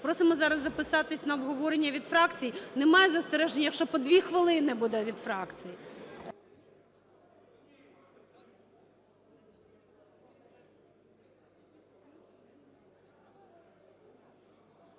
Просимо зараз записатися на обговорення від фракцій. Немає застережень, якщо по дві хвилини буде від фракцій?